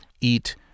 eat